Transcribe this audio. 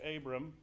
Abram